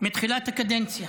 מתחילת הקדנציה,